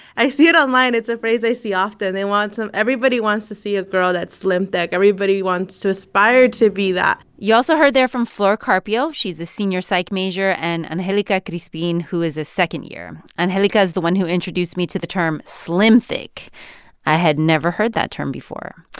i see it online. it's a phrase i see often. they want some everybody wants to see a girl that's slim-thick. everybody wants to aspire to be that you also heard there from flor carpio she's a senior psych major and angelica crispin, who is a second year. angelica is the one who introduced me to the term slim-thick. i had never heard that term before.